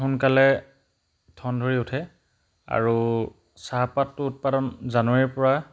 সোনকালে ঠন ধৰি উঠে আৰু চাহপাতটো উৎপাদন জানুৱাৰীৰপৰা